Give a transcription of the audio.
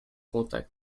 contact